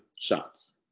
shots